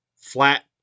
flat